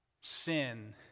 sin